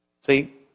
See